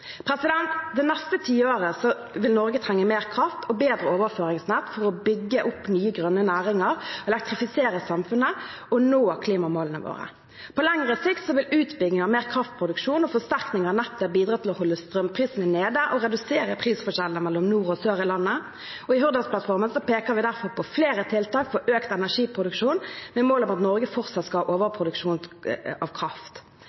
Det neste tiåret vil Norge trenge mer kraft og bedre overføringsnett for å bygge opp nye grønne næringer, elektrifisere samfunnet og nå klimamålene våre. På lengre sikt vil utbygging av mer kraftproduksjon og forsterkning av nettet bidra til å holde strømprisene nede og redusere prisforskjellene mellom nord og sør i landet. I Hurdalsplattformen peker vi derfor på flere tiltak for økt energiproduksjon, med mål om at Norge fortsatt skal ha overproduksjon av kraft.